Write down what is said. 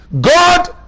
God